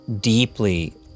deeply